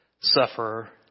sufferer